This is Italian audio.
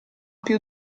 più